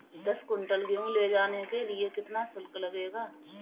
दस कुंटल गेहूँ ले जाने के लिए कितना शुल्क लगेगा?